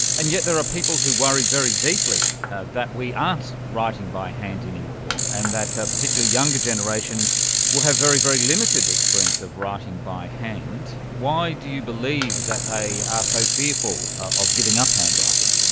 and yet there are people who worry very deeply that we aren't writing by hand anymore and that particularly particularly younger generations will have very, very limited experience of writing by hand. why do you believe that they are so fearful of giving up handwriting?